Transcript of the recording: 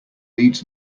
leads